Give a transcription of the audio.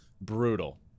brutal